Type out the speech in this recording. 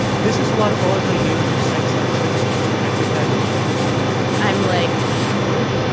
this is what all her years of sex ed training had prepared her for i'm like, oh,